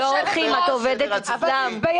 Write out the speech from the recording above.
להיכנס יותר לדברים של חבר הכנסת מיקי זוהר,